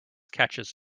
catches